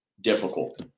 difficult